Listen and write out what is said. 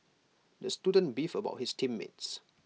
the student beefed about his team mates